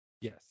Yes